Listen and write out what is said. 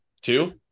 two